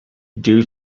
due